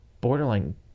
borderline